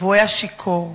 כשהוא שיכור.